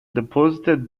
deposited